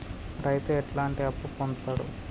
రైతు ఎట్లాంటి అప్పు పొందుతడు?